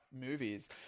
movies